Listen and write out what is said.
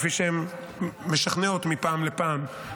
כפי שהן משכנעות מפעם לפעם,